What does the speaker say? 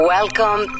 Welcome